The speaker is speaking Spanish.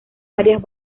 varias